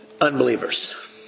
unbelievers